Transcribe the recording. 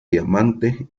diamante